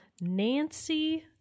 nancy